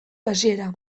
hasiera